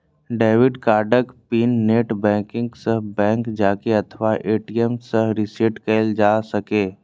debit कार्डक pin net banking सं, बैंंक जाके अथवा ए.टी.एम सं रीसेट कैल जा सकैए